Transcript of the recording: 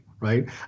Right